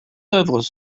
oeuvres